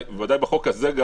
בוודאי בחוק הזה.